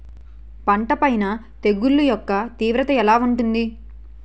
పంట పైన తెగుళ్లు యెక్క తీవ్రత ఎలా ఉంటుంది